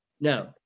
No